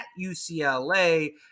UCLA